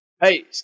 Hey